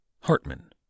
Hartman